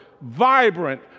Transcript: vibrant